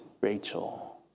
Rachel